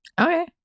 Okay